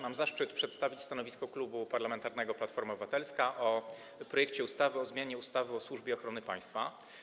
Mam zaszczyt przedstawić stanowisko Klubu Parlamentarnego Platforma Obywatelska w sprawie projektu ustawy o zmianie ustawy o Służbie Ochrony Państwa.